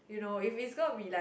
you know if it's gonna be like